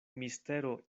mistero